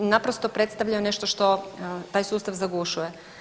Naprosto predstavlja nešto što taj sustav zagušuje.